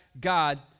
God